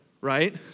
right